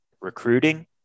recruiting